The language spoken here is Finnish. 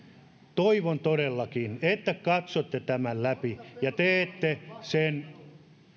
toivon todellakin että katsotte tämän läpi ja teette sen